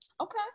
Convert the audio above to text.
okay